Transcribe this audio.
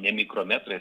ne mikrometrais